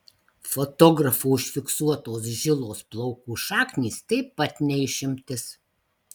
fotografų užfiksuotos žilos plaukų šaknys taip pat ne išimtis